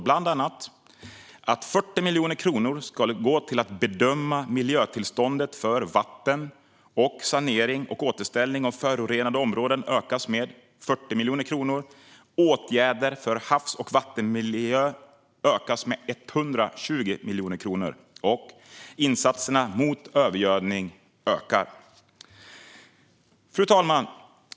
Bland annat föreslås att 40 miljoner kronor ska gå till att bedöma miljötillståndet för vatten, och för sanering och återställning av förorenade områden ökas med 40 miljoner kronor. Åtgärder för havs och vattenmiljö ökas anslagen med 120 miljoner kronor. Insatserna mot övergödning ökar. Fru talman!